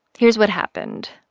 here's what happened.